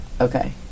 okay